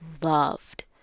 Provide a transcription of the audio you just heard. loved